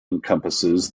encompasses